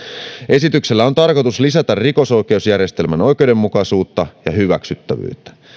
esityksellä on tarkoitus lisätä rikosoikeusjärjestelmän oikeudenmukaisuutta ja hyväksyttävyyttä